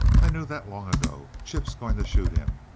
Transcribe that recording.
i knew that long ago. chip's gone to shoot him.